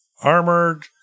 armored